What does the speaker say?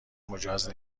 مجاز